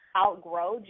Outgrow